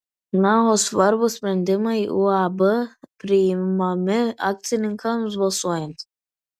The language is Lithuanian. na o svarbūs sprendimai uab priimami akcininkams balsuojant